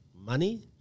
money